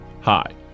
Hi